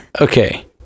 Okay